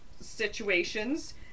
situations